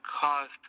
caused